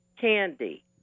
Candy